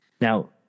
Now